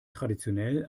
traditionell